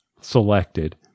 selected